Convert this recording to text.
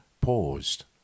paused